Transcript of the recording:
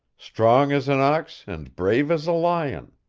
strong as an ox and brave as a lion!